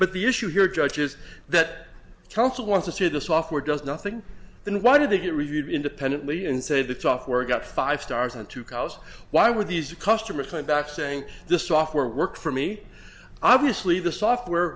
but the issue here judges that counsel want to see the software does nothing then why did they get reviewed independently and said that software got five stars and two cows why would these a customer climb back saying the software worked for me obviously the software